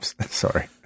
sorry